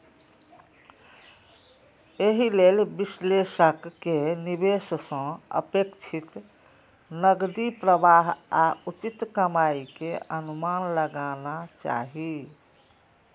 एहि लेल विश्लेषक कें निवेश सं अपेक्षित नकदी प्रवाह आ उचित कमाइ के अनुमान लगाना चाही